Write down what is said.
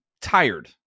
tired